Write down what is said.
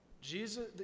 Jesus